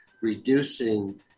reducing